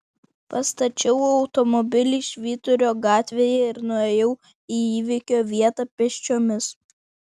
pastačiau automobilį švyturio gatvėje ir nuėjau į įvykio vietą pėsčiomis